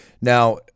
Now